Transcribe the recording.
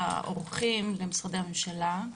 לאורחים במשרדי הממשלה,